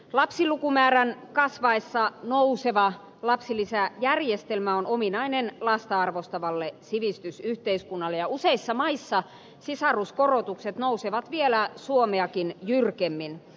lapsilukumäärän kasvaessa nouseva lapsilisäjärjestelmä on ominainen lasta arvostavalle sivistysyhteiskunnalle ja useissa maissa sisaruskorotukset nousevat vielä suomeakin jyrkemmin